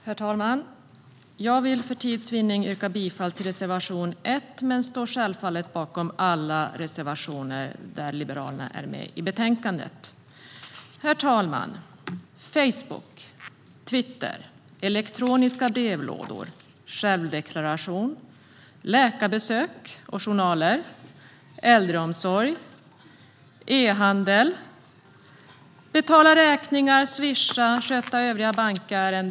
Herr talman! Jag vill för tids vinnande yrka bifall endast till reservation 1, men jag står självfallet bakom alla reservationer där Liberalerna är med. Herr talman! Det handlar om Facebook, Twitter, elektroniska brevlådor, självdeklaration, läkarbesök och journaler, äldreomsorg och e-handel. Det handlar om att betala räkningar, swisha och sköta övriga bankärenden.